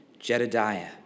Jedidiah